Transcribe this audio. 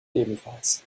ebenfalls